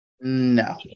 No